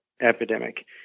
epidemic